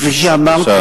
כפי שאמרתי,